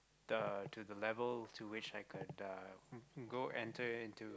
the to the level to wish I could uh go enter into